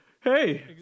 Hey